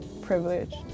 privilege